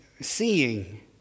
seeing